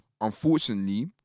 Unfortunately